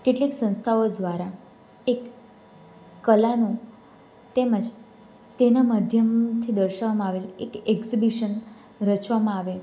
કેટલીક સંસ્થાઓ દ્વારા એક કલાનું તેમજ તેનાં માધ્યમથી દર્શાવવામાં આવેલ એક એક્ઝિબિશન રચવામાં આવે